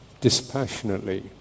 dispassionately